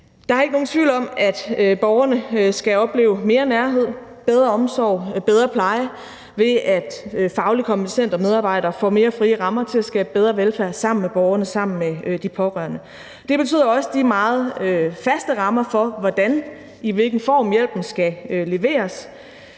Der er ikke nogen tvivl om, at borgerne skal opleve mere nærhed, bedre omsorg, bedre pleje, ved at fagligt kompetente medarbejdere får mere frie rammer til at skabe bedre velfærd sammen med borgerne, sammen med de pårørende. Det betyder også, at de meget faste rammer for, hvordan og i hvilken